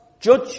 Judge